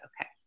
Okay